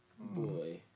Boy